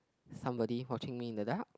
somebody watching me in the dark